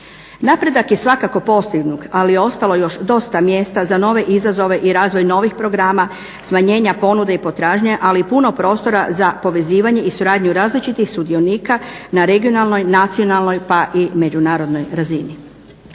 Napredak je svakako postignut, ali je ostalo još dosta mjesta za nove izazove i razvoj novih programa smanjenja ponude i potražnje, ali i puno prostora za povezivanje i suradnju različitih sudionika na regionalnoj, nacionalnoj pa i međunarodnoj razini.